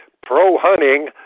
pro-hunting